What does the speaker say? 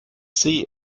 see